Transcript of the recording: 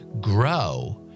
grow